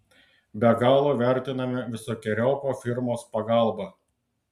be galo vertiname visokeriopą firmos pagalbą